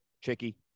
chicky